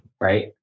Right